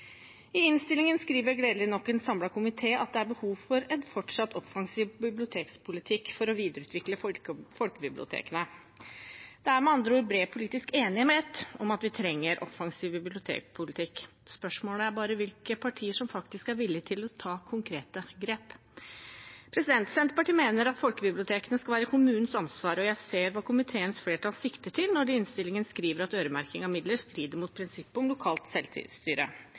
I innstillingen skriver gledelig nok en samlet komité at det er behov for en fortsatt offensiv bibliotekpolitikk for å videreutvikle folkebibliotekene. Det er med andre ord bred politisk enighet om at vi trenger en offensiv bibliotekpolitikk. Spørsmålet er bare hvilke partier som faktisk er villig til å ta konkrete grep. Senterpartiet mener at folkebibliotekene skal være kommunenes ansvar, og jeg ser hva komiteens flertall sikter til når de i innstillingen skriver at øremerking av midler strider mot prinsippet om lokalt selvstyre.